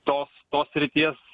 tos tos srities